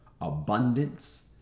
abundance